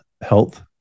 health